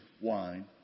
wine